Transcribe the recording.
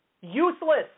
Useless